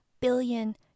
billion